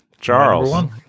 Charles